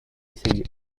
essayé